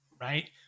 right